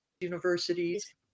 universities